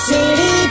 City